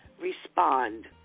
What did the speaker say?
respond